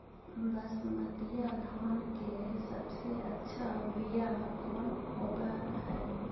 बसमतिया धान के सबसे अच्छा बीया कौन हौब हैं?